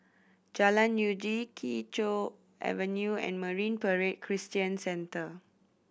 Jalan Uji Kee Choe Avenue and Marine Parade Christian Centre